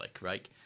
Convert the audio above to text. right